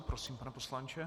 Prosím, pane poslanče.